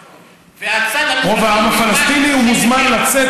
רוב העם הפלסטיני לא יכול להגיע